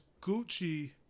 Gucci